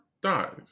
dies